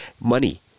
money